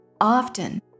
Often